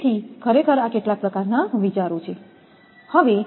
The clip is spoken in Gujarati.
તેથી ખરેખર આ કેટલાક પ્રકારનાં વિચારો છે